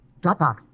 Dropbox